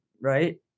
Right